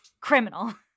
Criminal